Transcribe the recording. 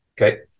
Okay